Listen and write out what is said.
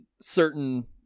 certain